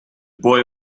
boy